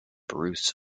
bruce